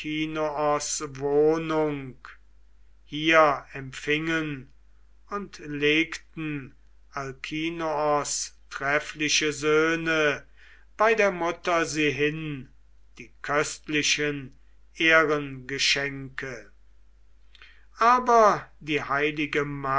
hier empfingen und legten alkinoos treffliche söhne bei der mutter sie hin die köstlichen ehrengeschenke aber die heilige